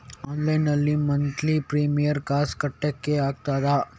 Online ನಲ್ಲಿ monthly premier ಕಾಸ್ ಕಟ್ಲಿಕ್ಕೆ ಆಗ್ತದಾ?